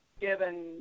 given